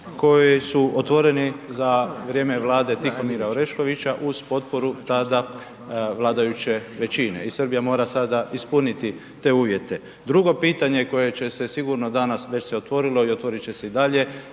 koji su otvoreni za vrijeme Vlade Tihomira Oreškovića uz potporu tada vladajuće većine i Srbija mora sada ispuniti te uvjete. Drugo pitanje koje će sigurno danas, već se otvorilo o otvorit će se i dalje